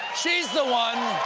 she's the one